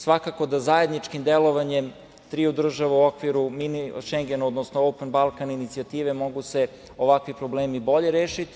Svakako da zajedničkim delovanjem triju države u okviru „Mini Šengena“, odnosno „Open Balkan“ inicijative mogu se ovakvi problemi bolje rešiti.